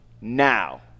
now